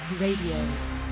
Radio